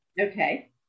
Okay